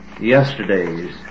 yesterday's